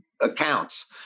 accounts